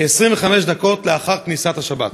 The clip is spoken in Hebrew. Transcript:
כ-25 דקות לאחר כניסת השבת.